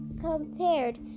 compared